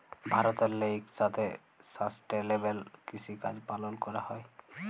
ভারতেল্লে ইকসাথে সাস্টেলেবেল কিসিকাজ পালল ক্যরা হ্যয়